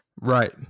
Right